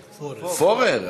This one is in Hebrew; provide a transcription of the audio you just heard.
פוֹרר?